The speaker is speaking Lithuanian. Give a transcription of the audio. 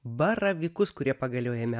baravykus kurie pagaliau jame